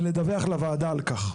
ולדווח לוועדה על כך.